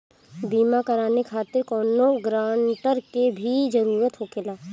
बीमा कराने खातिर कौनो ग्रानटर के भी जरूरत होखे ला?